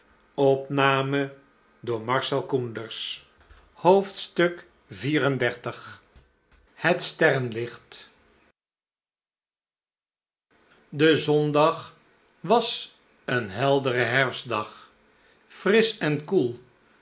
xxxiv het sterrenlicht de zondag was een heldere herfstdag frisch en koel